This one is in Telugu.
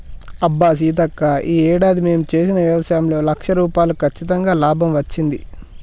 అబ్బా సీతక్క ఈ ఏడాది మేము చేసిన వ్యవసాయంలో లక్ష రూపాయలు కచ్చితంగా లాభం వచ్చింది